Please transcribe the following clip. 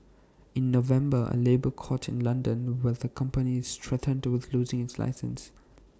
in November A labour court in London where the company is threatened with losing its license